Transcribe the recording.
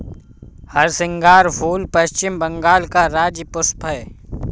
हरसिंगार फूल पश्चिम बंगाल का राज्य पुष्प है